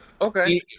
Okay